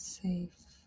safe